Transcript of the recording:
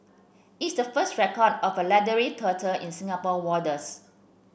it's the first record of a leathery turtle in Singapore waters